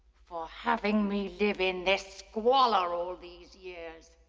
for having me live in this squalor all these years.